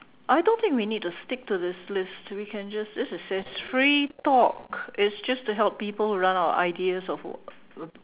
I don't think we need to stick to this list we can just this is just free talk it's just to help people run out of ideas of what